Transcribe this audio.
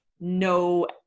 no